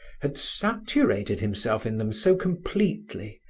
had saturated himself in them so completely,